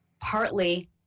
partly